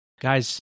Guys